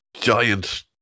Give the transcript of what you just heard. giant